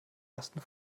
ersten